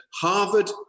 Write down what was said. Harvard